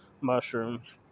mushrooms